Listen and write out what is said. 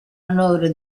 onore